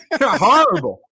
Horrible